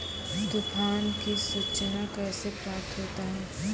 तुफान की सुचना कैसे प्राप्त होता हैं?